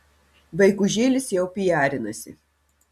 vaikužėlis jau pijarinasi